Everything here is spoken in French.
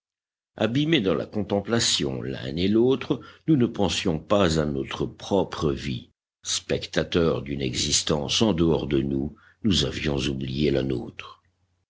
abîmés dans la contemplation l'un et l'autre nous ne pensions pas à notre propre vie spectateurs d'une existence en dehors de nous nous avions oublié la nôtre